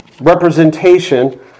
representation